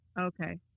Okay